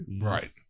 Right